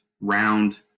round